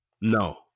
No